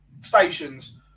stations